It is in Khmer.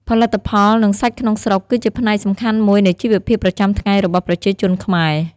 ផលិតផល និងសាច់ក្នុងស្រុក គឺជាផ្នែកសំខាន់មួយនៃជីវភាពប្រចាំថ្ងៃរបស់ប្រជាជនខ្មែរ។